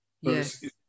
yes